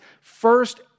first